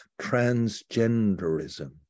transgenderism